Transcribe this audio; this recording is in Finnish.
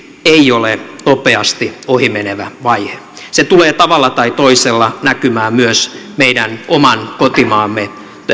ei ole nopeasti ohi menevä vaihe se tulee tavalla tai toisella näkymään myös meidän oman kotimaamme